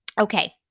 Okay